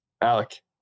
Alec